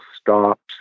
stops